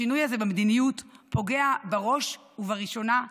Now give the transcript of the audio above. השינוי הזה במדיניות פוגע בראש ובראשונה במוחלשים,